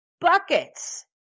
buckets